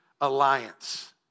alliance